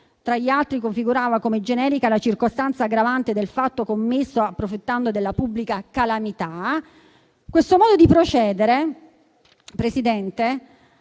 tra gli altri, configurava come generica la circostanza aggravante del fatto commesso approfittando della pubblica calamità. Questo modo di procedere ha